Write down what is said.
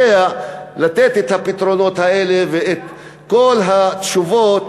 לתת את הפתרונות האלה ואת כל התשובות,